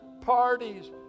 parties